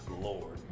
Lord